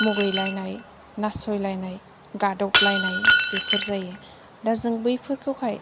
मुगैलायनाय नासयलानाय गादबलायनाय बेफोर जायो दा जों बैफोरखौहाय